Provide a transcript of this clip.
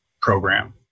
program